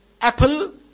apple